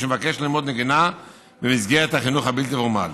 שמבקש ללמוד נגינה במסגרת החינוך הבלתי-פורמלי.